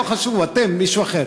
לא חשוב אתם, מישהו אחר.